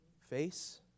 face